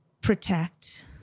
protect